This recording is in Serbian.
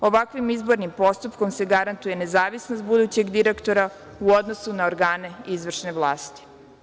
Ovakvim izbornim postupkom se garantuje nezavisnost budućeg direktora u odnosu na organe izvršne vlasti.